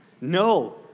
No